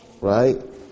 Right